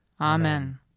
Amen